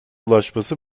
ulaşması